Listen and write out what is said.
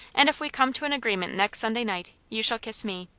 and if we come to an agreement next sunday night, you shall kiss me.